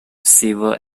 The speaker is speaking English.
silver